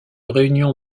réunion